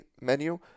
menu